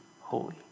holy